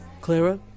Clara